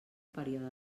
període